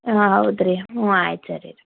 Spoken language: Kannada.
ಹಾಂ ಹೌದು ರೀ ಹ್ಞೂ ಆಯ್ತು ಸರಿ ರೀ